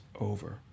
over